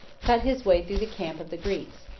cut his way through the camp of the greeks,